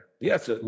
Yes